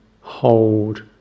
hold